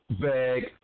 Bag